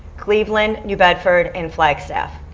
cleveland, new bedford, and flagstaff.